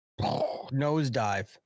nosedive